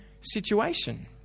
situation